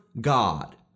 god